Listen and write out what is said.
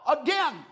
again